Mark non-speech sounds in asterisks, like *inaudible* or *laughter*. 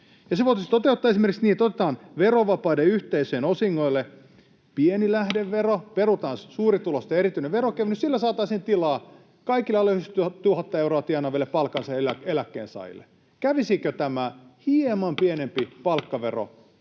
se voitaisiin toteuttaa esimerkiksi niin, että otetaan verovapaiden yhteisöjen osingoille pieni lähdevero, *noise* perutaan suurituloisten erityinen veronkevennys. Sillä saataisiin tilaa kaikille alle 90 000 euroa tienaaville palkansaajille ja eläkkeensaajille. Kävisikö tämä hieman [Puhemies